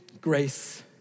grace